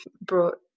brought